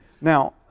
Now